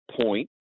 point